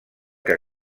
que